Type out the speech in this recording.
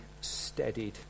steadied